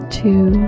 two